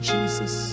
Jesus